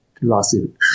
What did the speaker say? lawsuit